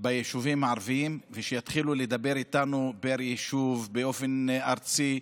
ביישובים הערביים ושיתחילו לדבר איתנו פר יישוב באופן ארצי.